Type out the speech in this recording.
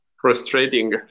Frustrating